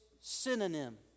synonym